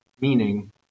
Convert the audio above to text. Meaning